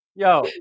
Yo